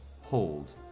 hold